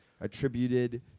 attributed